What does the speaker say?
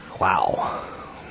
Wow